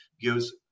gives